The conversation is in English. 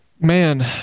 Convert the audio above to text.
Man